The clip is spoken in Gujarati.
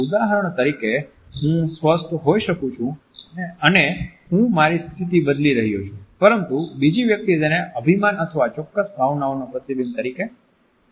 ઉદાહરણ તરીકે હું અસ્વસ્થ હોઈ શકું છું અને હું મારી સ્થિતિ બદલી રહ્યો છું પરંતુ બીજી વ્યક્તિ તેને અભિમાન અથવા ચોક્કસ ભાવનાઓના પ્રતિબિંબ તરીકે સમજશે